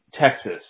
Texas